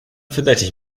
verdächtig